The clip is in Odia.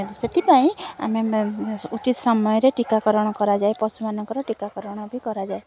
ସେଥିପାଇଁ ଆମେ ଉଚିତ ସମୟରେ ଟୀକାକରଣ କରାଯାଏ ପଶୁମାନଙ୍କର ଟୀକାକରଣ ବି କରାଯାଏ